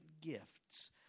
gifts